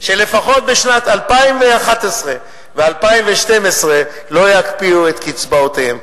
שלפחות ב-2011 ו-2012 לא יקפיאו את קצבאותיהם.